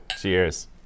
Cheers